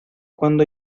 cuando